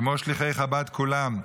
כמו שליחי חב"ד כולם,